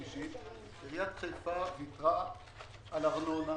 שלישית, עיריית חיפה ויתרה על ארנונה